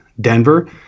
Denver